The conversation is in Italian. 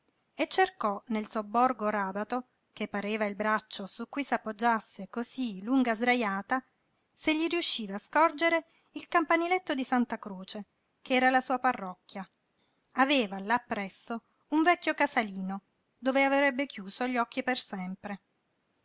e cercò nel sobborgo ràbato che pareva il braccio su cui s'appoggiasse cosí lunga sdrajata se gli riusciva scorgere il campaniletto di santa croce ch'era la sua parrocchia aveva là presso un vecchio casalino dove avrebbe chiuso gli occhi per sempre